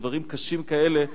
ודברים קשים כאלה,